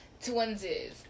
Twinsies